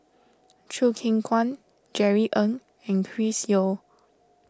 Choo Keng Kwang Jerry Ng and Chris Yeo